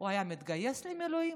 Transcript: הוא היה מתגייס למילואים?